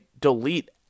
delete